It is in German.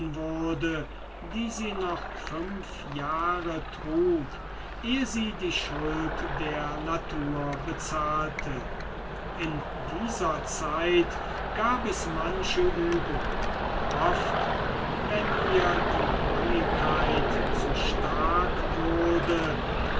wurde die sie noch fünf jahre trug ehe sie die schuld der natur bezahlte in dieser zeit gab es manche übung oft wenn ihr die bangigkeit zu stark wurde